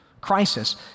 crisis